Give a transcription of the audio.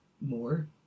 more